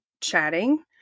chatting